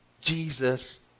Jesus